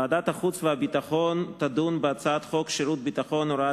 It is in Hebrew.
ועדת החוץ והביטחון תדון בהצעת חוק שירות ביטחון (הוראת